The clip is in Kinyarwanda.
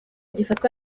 gifatwa